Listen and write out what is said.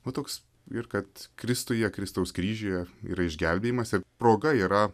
o toks ir kad kristuje kristaus kryžiuje yra išgelbėjimas ir proga yra